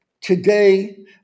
Today